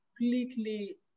completely